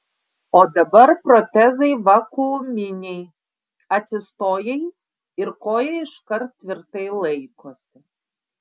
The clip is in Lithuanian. o dabar protezai vakuuminiai atsistojai ir koja iškart tvirtai laikosi